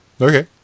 Okay